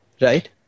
right